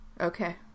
Okay